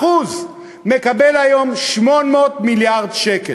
1% מקבל היום 800 מיליארד שקל.